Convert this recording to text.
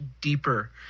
deeper